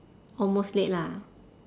almost late lah